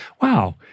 wow